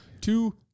Two